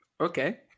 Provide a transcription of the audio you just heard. Okay